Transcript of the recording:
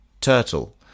turtle